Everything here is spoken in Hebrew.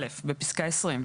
(א)בפסקה (20),